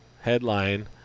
Headline